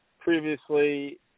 previously